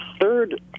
third